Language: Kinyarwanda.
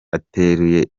ateruye